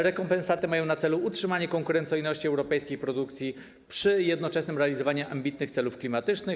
Rekompensaty mają na celu utrzymanie konkurencyjności europejskiej produkcji przy jednoczesnym realizowaniu ambitnych celów klimatycznych.